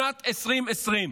שנת 2020,